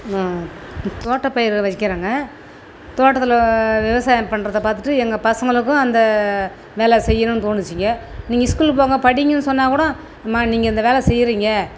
தோட்டப்பயிரை வைக்கிறங்க தோட்டத்தில் விவசாயம் பண்றதை பார்த்துட்டு எங்கள் பசங்களுக்கும் அந்த வேலை செய்யணும்னு தோணிச்சிங்க நீங்கள் ஸ்கூல் போங்க படிங்கனு சொன்னால் கூட அம்மா நீங்கள் இந்த வேலை செய்யறீங்க